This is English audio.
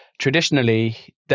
Traditionally